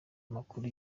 amakuru